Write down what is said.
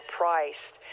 priced